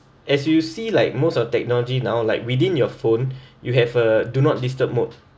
as you see like most of technology now like within your phone you have a do-not-disturb mode